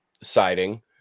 siding